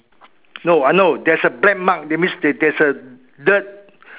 no I know there's a black mark that means there's a dirt